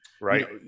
right